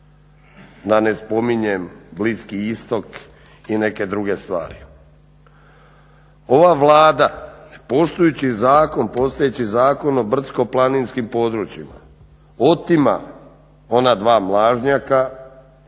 da ne spominjem Bliski Istok i neke druge stvari. Ova Vlada poštujući postojeći Zakon o brdsko-planinskim područjima otima ona dva mlažnjaka